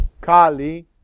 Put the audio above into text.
Kali